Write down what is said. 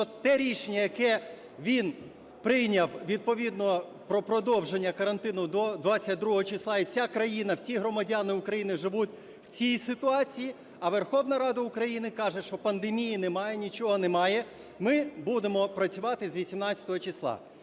те рішення, яке він прийняв відповідно про продовження карантину до 22 числа, і вся країна, всі громадяни України живуть в цій ситуації, а Верховна Рада України каже, що пандемії немає, нічого немає, ми будемо працювати з 18-го числа.